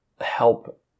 help